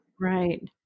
Right